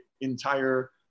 entire